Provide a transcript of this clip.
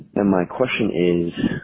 and my question is,